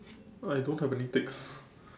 I don't have any ticks